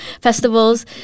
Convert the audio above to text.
festivals